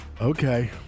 Okay